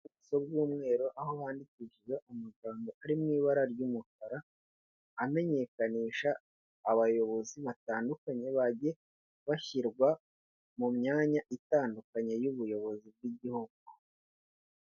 Ibumoso bw'umweru aho handikijwe amagambo ari mu ibara ry'umukara, amenyekanisha abayobozi batandukanye, bagiye bashyirwa mu myanya itandukanye y'ubuyobozi bw'igihugu.